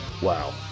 Wow